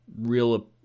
real